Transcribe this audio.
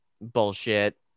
bullshit